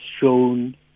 shown